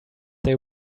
they